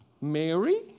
Mary